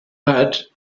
but